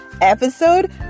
episode